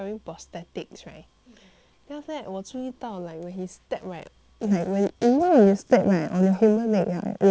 then after that 我注意到 like when he step right like when you step right on your human leg will be like that straight straight [one]